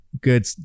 good